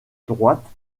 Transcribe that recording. droites